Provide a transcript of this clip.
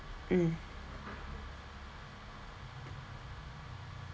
mm